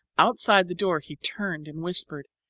outside the door he turned and whispered,